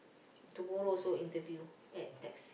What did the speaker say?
tomorrow also interview at Tex~